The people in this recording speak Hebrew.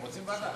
בשם הממשלה,